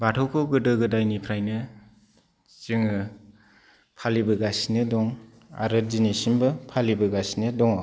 बाथौखौ गोदो गोदायनिफ्रायनो जोङो फालिबोगासिनो दं आरो दिनैसिमबो फालिबोगासिनो दङ